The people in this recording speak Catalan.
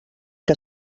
que